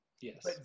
yes